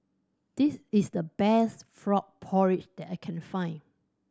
this is the best frog porridge that I can find